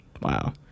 Wow